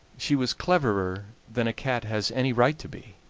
she was cleverer than a cat has any right to be.